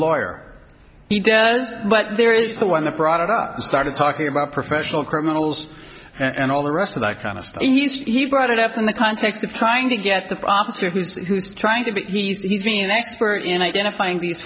lawyer he does but there is the one that brought it up and started talking about professional criminals and all the rest of like honest and used he brought it up in the context of trying to get the officer who's who's trying to be nice he's being an expert in identifying these